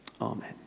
Amen